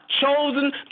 chosen